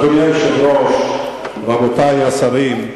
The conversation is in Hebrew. אדוני היושב-ראש, רבותי השרים,